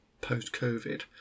post-Covid